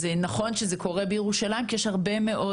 נכון שזה קורה בירושלים כי יש הרבה מאוד